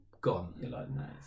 gone